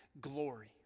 glory